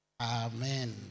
Amen